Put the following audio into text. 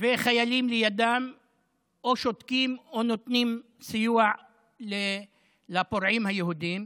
וחיילים לידם שותקים או נותנים סיוע לפורעים היהודים,